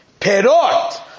perot